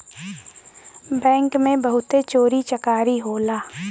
bank में बहुते चोरी चकारी होला